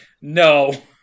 No